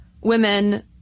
women